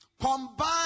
combine